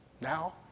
now